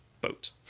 boat